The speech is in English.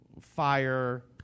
fire